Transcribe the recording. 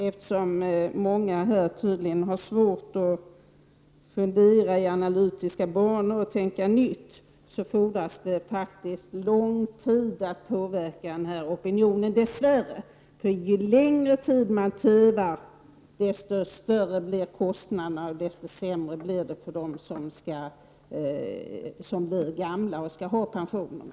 Eftersom många här tydligen har svårt att fundera i analytiska banor och tänka nytt, fordras det dess värre lång tid för att påverka denna opinion. Ju längre tid man tövar, desto större blir kostnaderna och desto sämre blir det för dem som blir gamla och skall ha pensionerna.